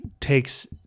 takes